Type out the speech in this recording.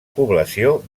població